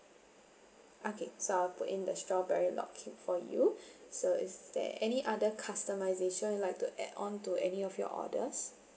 okay so I'll put in the strawberry log cake for you so is there any other customization you'd like to add on to any of your orders